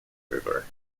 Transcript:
river